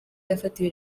yafatiwe